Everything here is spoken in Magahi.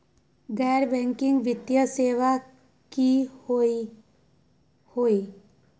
गैर बैकिंग वित्तीय सेवा की होअ हई?